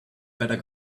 better